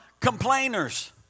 complainers